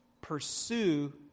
Pursue